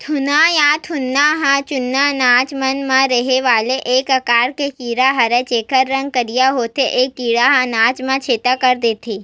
घुन या घुना ह जुन्ना अनाज मन म रहें वाले छोटे आकार के कीरा हरयए जेकर रंग करिया होथे ए कीरा ह अनाज ल छेंदा कर देथे